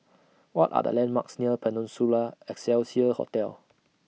What Are The landmarks near Peninsula Excelsior Hotel